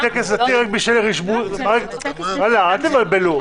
אל תבלבלו.